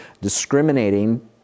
discriminating